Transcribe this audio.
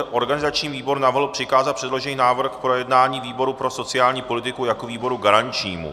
Organizační výbor navrhl přikázat předložený návrh k projednání výboru pro sociální politiku jako výboru garančnímu.